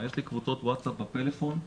יש לי קבוצות ווטסאפ בטלפון,